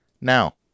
now